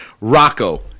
Rocco